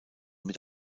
mit